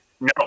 no